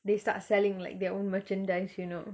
they start selling like their own merchandize you know